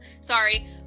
sorry